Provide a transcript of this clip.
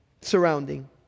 surrounding